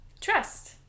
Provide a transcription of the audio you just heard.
trust